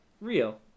Real